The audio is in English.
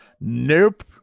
Nope